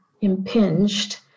impinged